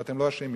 ואתם לא אשמים.